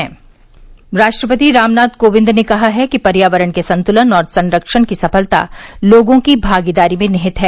पर शिशिशिशिशि राष्ट्रपति रामनाथ कोविंद ने कहा है कि पर्यावरण के संतुलन और संखण की सफलता लोगों की भागीदारी में निहित है